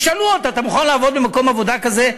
ישאלו אותו: אתה מוכן לעבוד במקום עבודה כזה,